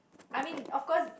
I mean of course